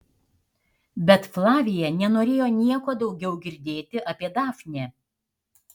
bet flavija nenorėjo nieko daugiau girdėti apie dafnę